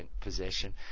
possession